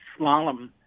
slalom